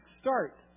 start